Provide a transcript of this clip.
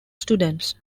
students